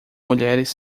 mulheres